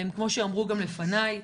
כמו שאמרו גם לפניי,